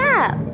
up